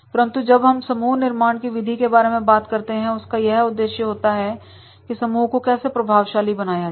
परंतु जब हम समूह निर्माण की विधि के बारे में बात करते हैं तो उसका यह उद्देश्य होता है कि समूह को कैसे प्रभावशाली बनाया जाए